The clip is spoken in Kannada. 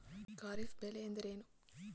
ಖಾರಿಫ್ ಬೆಳೆ ಎಂದರೇನು?